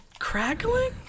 crackling